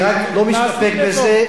אני לא מסתפק בזה,